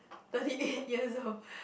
thirty eight years old